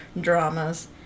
dramas